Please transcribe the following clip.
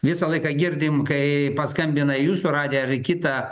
visą laiką girdim kai paskambina į jūsų radiją ar į kitą